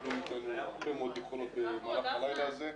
קיבלו מאיתנו הרבה מאוד יכולות במהלך הלילה הזה.